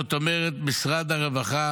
זאת אומרת משרד הרווחה,